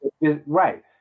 Right